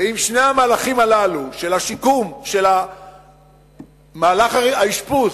ואם שני המהלכים הללו, של מהלך האשפוז,